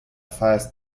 first